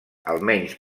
almenys